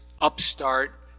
upstart